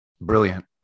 Brilliant